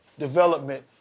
development